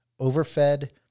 overfed